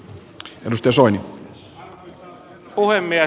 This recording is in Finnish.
arvoisa herra puhemies